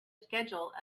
schedule